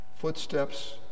footsteps